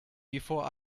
before